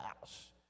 house